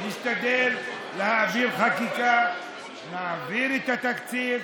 נשתדל להעביר חקיקה, נעביר את התקציב,